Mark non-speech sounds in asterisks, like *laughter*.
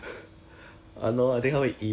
*breath* err what sia